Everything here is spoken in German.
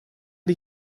die